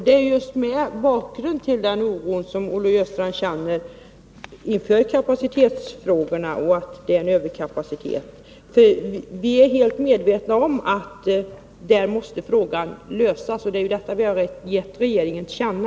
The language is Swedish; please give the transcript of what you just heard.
Det sker just mot bakgrund av den oro som Olle Östrand känner inför kapacitetsfrågorna, dvs. att det är en överkapacitet. Vi är helt medvetna om att den frågan måste lösas, och det är detta vi velat ge regeringen till känna.